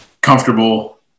comfortable